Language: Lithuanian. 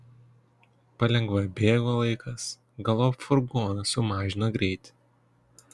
palengva bėgo laikas galop furgonas sumažino greitį